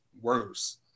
worse